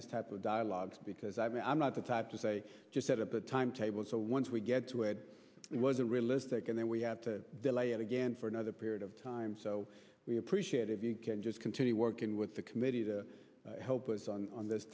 this type of dialogue because i mean i'm not the type to say just set up the timetable so once we get to it it wasn't realistic and then we have to delay it again for another period of time so we appreciate if you can just continue working with the committee to help us on on this